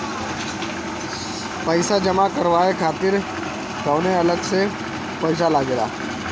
पईसा जमा करवाये खातिर कौनो अलग से पईसा लगेला?